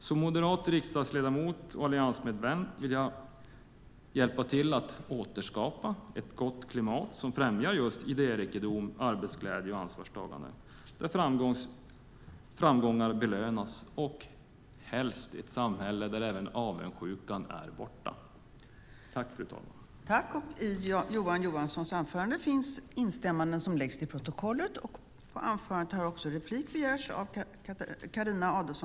Som moderat riksdagsledamot och alliansmedlem vill jag hjälpa till att återskapa ett gott klimat som främjar just idérikedom, arbetsglädje och ansvarstagande - ett klimat där framgångar belönas, helst i ett samhälle där även avundsjukan är borta. I detta anförande instämde Hans Rothenberg och Boriana Åberg samt Mats Odell .